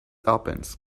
opens